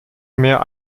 mehr